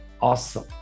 awesome